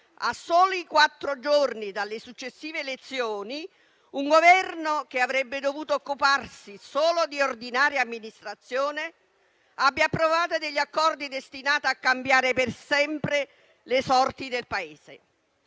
a soli quattro giorni dalle successive elezioni, un Governo che avrebbe dovuto occuparsi solo di ordinaria amministrazione abbia approvato accordi destinati a cambiare per sempre le sorti del Paese.